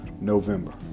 November